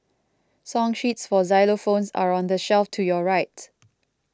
song sheets for xylophones are on the shelf to your right